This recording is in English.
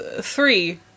three